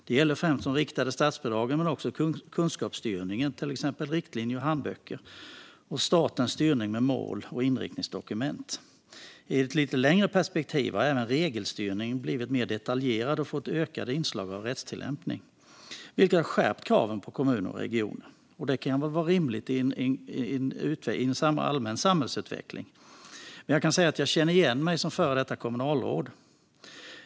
Det gäller främst de riktade statsbidragen men också kunskapsstyrningen, till exempel riktlinjer och handböcker, liksom statens styrning med mål och inriktningsdokument. I ett lite längre perspektiv har även regelstyrningen blivit mer detaljerad och fått ett ökat inslag av rättstillämpning, vilket har skärpt kraven på kommuner och regioner. Det kan väl vara rimligt utifrån en allmän samhällsutveckling, och som före detta kommunalråd kan jag säga att jag känner igen mig.